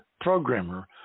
programmer